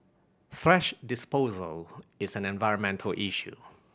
thrash disposal is an environmental issue